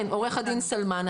עו"ד סלמן,